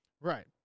Right